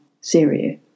Syria